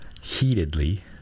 heatedly